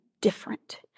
different